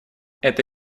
это